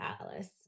Alice